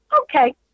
okay